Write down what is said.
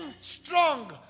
strong